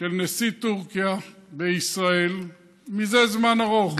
של נשיא טורקיה בישראל זה זמן ארוך,